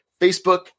Facebook